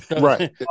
Right